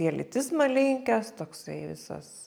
į elitizmą linkęs toksai visas